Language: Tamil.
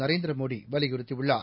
நரேந்திரமோடி வவியுறுத்தியுள்ளார்